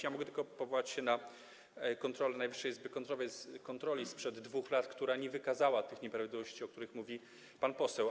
Ja mogę tylko powołać się na kontrolę Najwyższej Izby Kontroli sprzed 2 lat, która nie wykazała tych nieprawidłowości, o których mówi pan poseł.